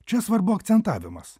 čia svarbu akcentavimas